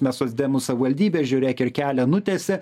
mes socdemų savaldybė žiūrėk ir kelią nutiesė